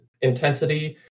intensity